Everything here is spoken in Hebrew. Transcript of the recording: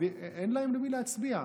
אין להם למי להצביע.